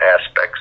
aspects